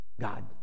God